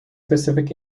specific